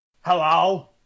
Hello